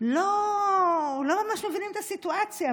לא ממש מבינים את הסיטואציה,